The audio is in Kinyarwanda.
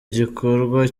gikorwa